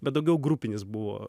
bet daugiau grupinis buvo